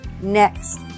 next